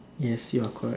yes you're correct